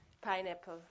Pineapple